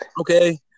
okay